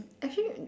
actually